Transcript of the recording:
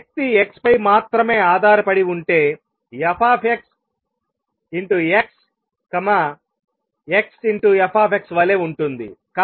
శక్తి x పై మాత్రమే ఆధారపడి ఉంటేfx xf వలె ఉంటుంది